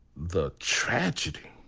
the tragedy.